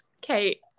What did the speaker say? Kate